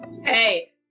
Hey